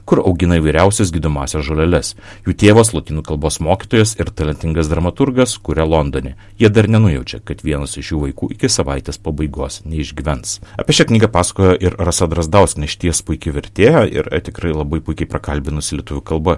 kur augina įvairiausias gydomąsias žoleles jų tėvas lotynų kalbos mokytojas ir talentingas dramaturgas kuria londone jie dar nenujaučiau kad vienas iš jų vaikų iki savaitės pabaigos neišgyvens apie šią knygą pasakojo ir rasa drazdauskienė išties puiki vertėja ir tikrai labai puikiai prakalbinus lietuvių kalba